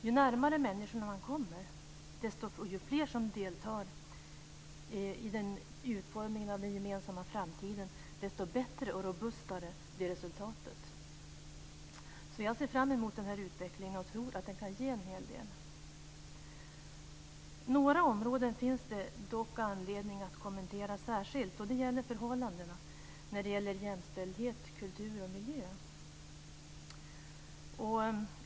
Ju närmare människorna man kommer, ju fler som deltar i utformningen av den gemensamma framtiden, desto bättre och robustare blir resultatet. Jag ser fram emot den här utvecklingen och tror att den kan ge en hel del. Några områden finns det dock anledning att kommentera särskilt. Det är förhållandena som gäller jämställdhet, kultur och miljö.